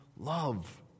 love